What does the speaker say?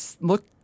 look